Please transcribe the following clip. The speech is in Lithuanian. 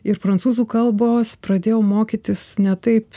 ir prancūzų kalbos pradėjau mokytis ne taip